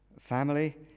family